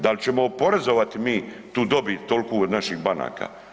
Dal ćemo oporezovati mi tu dobit tolku od naših banaka?